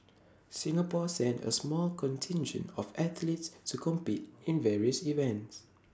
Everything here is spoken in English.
Singapore sent A small contingent of athletes to compete in various events